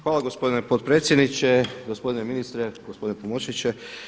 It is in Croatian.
Hvala gospodine potpredsjedniče, gospodine ministre, gospodine pomoćniče.